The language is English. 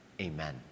Amen